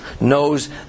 knows